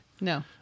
No